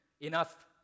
enough